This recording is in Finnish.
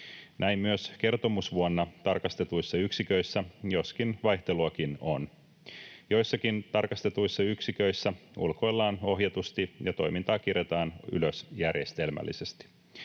näin myös kertomusvuonna tarkastetuissa yksiköissä, joskin vaihteluakin on. Joissakin tarkastetuissa yksiköissä ulkoillaan ohjatusti ja toimintaa kirjataan ylös järjestelmällisesti.